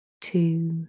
two